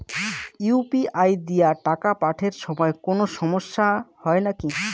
UPI দিয়া টাকা পাঠের সময় কোনো সমস্যা হয় নাকি?